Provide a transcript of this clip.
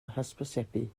hysbysebu